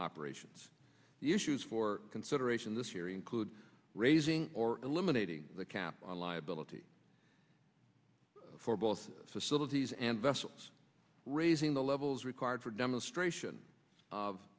operations the issues for consideration this year including raising or eliminating the cap on liability for both cities and vessels raising the levels required for demonstration of